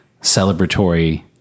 celebratory